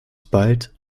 bald